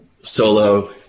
solo